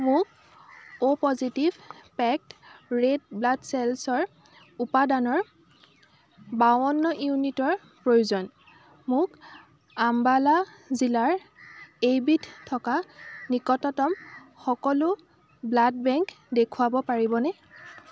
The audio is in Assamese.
মোক O positive packed red blood চেলচৰ উপাদানৰ বাৱন্ন ইউনিটৰ প্ৰয়োজন মোক আম্বালা জিলাৰ এইবিধ থকা নিকটতম সকলো ব্লাড বেংক দেখুৱাব পাৰিবনে